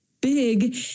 big